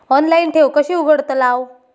Online ठेव कशी उघडतलाव?